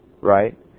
Right